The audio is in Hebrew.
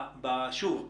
שוב,